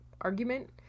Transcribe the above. argument